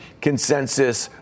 consensus